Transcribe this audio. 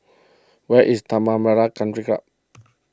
where is Tanah Merah Country Club